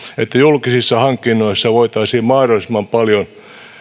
että julkisissa hankinnoissa voitaisiin mahdollisimman paljon